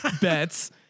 bets